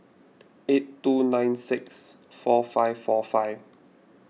eight two nine six four five four five